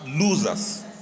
losers